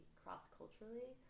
cross-culturally